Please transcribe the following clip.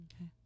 Okay